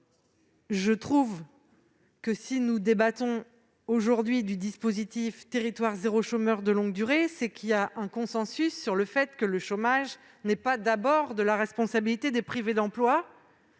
d'emploi. Si nous débattons aujourd'hui du dispositif « territoires zéro chômeur de longue durée », c'est parce qu'il y a un consensus sur le fait que le chômage n'est pas d'abord de la responsabilité des privés d'emploi